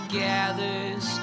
gathers